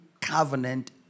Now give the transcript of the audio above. covenant